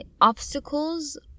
Obstacles